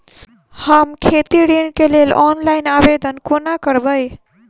हम खेती ऋण केँ लेल ऑनलाइन आवेदन कोना करबै?